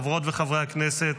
חברות וחברי הכנסת,